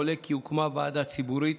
עולה כי הוקמה ועדה ציבורית